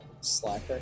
Slacker